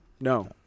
No